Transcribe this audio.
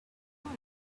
want